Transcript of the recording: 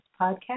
podcast